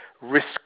risk